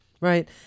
Right